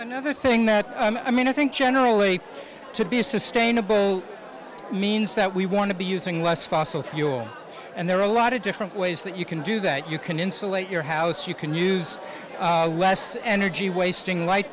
another thing that i mean i think generally to be sustainable means that we want to be using less fossil fuel and there are a lot of different ways that you can do that you can insulate your house you can use less energy wasting